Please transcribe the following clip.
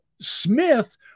Smith